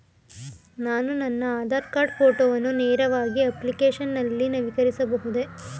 ನಾನು ನನ್ನ ಆಧಾರ್ ಕಾರ್ಡ್ ಫೋಟೋವನ್ನು ನೇರವಾಗಿ ಅಪ್ಲಿಕೇಶನ್ ನಲ್ಲಿ ನವೀಕರಿಸಬಹುದೇ?